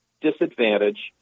disadvantage